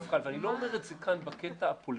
אני לא אומר את זה כאן בקטע הפוליטי,